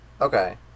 Okay